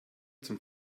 zum